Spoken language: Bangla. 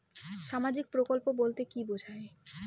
সামাজিক প্রকল্প বলতে কি বোঝায়?